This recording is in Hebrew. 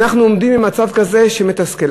אנחנו עומדים במצב כזה מתסכל.